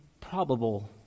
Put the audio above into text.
probable